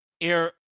air